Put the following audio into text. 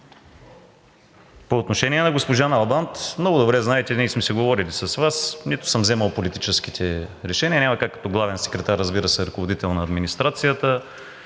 По отношение на госпожа Налбант. Много добре знаете, ние сме си говорили с Вас, нито съм взимал политическите решения – няма как като главен секретар, разбира се, ръководител на администрацията.